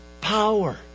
power